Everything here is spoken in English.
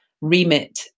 remit